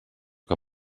que